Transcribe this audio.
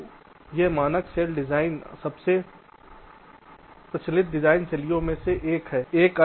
तो यह मानक सेल डिज़ाइन सबसे प्रचलित डिज़ाइन शैलियों में से एक है